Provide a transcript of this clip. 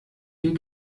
viel